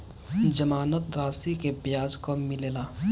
जमानद राशी के ब्याज कब मिले ला?